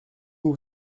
nous